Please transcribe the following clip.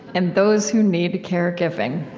and those who need caregiving.